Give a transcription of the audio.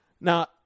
Now